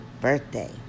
birthday